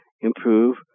improve